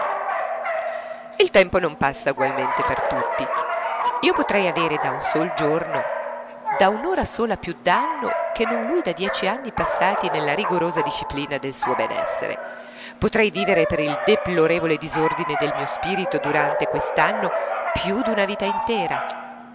il tempo non passa ugualmente per tutti io potrei avere da un sol giorno da un'ora sola più danno che non lui da dieci anni passati nella rigorosa disciplina del suo benessere potrei vivere per il deplorevole disordine del mio spirito durante quest'anno più d'una intera